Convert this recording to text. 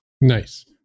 Nice